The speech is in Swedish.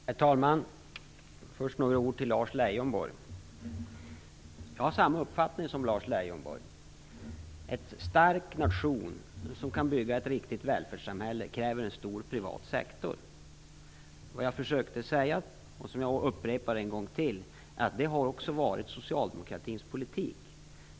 Herr talman! Först vill jag säga några ord till Lars Leijonborg. Jag har samma uppfattning som Lars Leijonborg att en stark nation, som kan bygga ett riktigt välfärdssamhälle, kräver en stor privat sektor. Vad jag försökte säga, och som jag upprepar en gång till, är att det också har varit socialdemokratins politik.